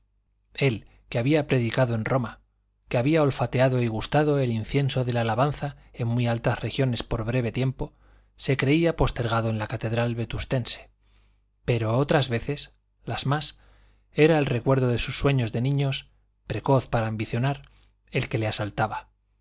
él que había predicado en roma que había olfateado y gustado el incienso de la alabanza en muy altas regiones por breve tiempo se creía postergado en la catedral vetustense pero otras veces las más era el recuerdo de sus sueños de niño precoz para ambicionar el que le asaltaba